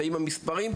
והאם המספרים נכונים.